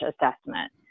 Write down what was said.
assessment